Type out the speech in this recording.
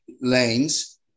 lanes